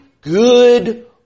good